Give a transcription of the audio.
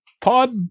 pod